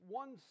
one